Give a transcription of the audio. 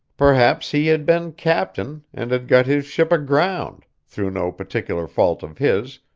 perhaps he had been captain, and had got his ship aground, through no particular fault of his,